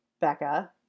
Becca